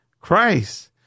Christ